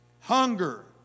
hunger